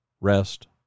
rest